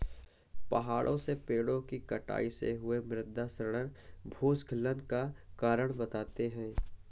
पहाड़ों में पेड़ों कि कटाई से हुए मृदा क्षरण भूस्खलन का कारण बनते हैं